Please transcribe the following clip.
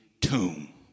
tomb